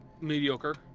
mediocre